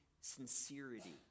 sincerity